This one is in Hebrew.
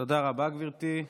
תודה רבה, גברתי.